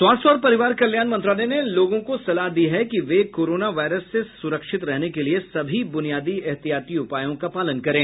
स्वास्थ्य और परिवार कल्याण मंत्रालय ने लोगों को सलाह दी है कि वे कोरोना वायरस से सुरक्षित रहने के लिए सभी बुनियादी एहतियाती उपायों का पालन करें